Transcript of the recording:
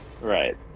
Right